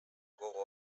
gogo